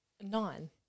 Nine